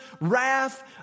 wrath